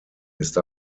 ist